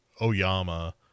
Oyama